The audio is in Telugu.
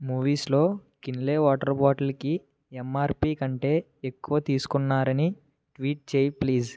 మూవీస్లో కిన్లే వాటర్ బాటిల్కి ఎంఆర్పి కంటే ఎక్కువ తీసుకున్నారని ట్వీట్ చెయ్యి ప్లీజ్